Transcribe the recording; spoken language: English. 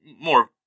more